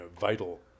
vital